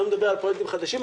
לא מדבר על פרויקטים חדשים,